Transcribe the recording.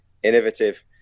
innovative